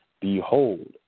behold